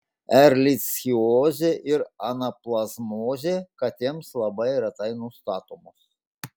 erlichiozė ir anaplazmozė katėms labai retai nustatomos